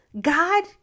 God